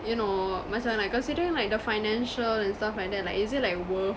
you know macam like considering like the financial and stuff like that like is it like worth